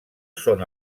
són